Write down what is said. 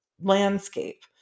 landscape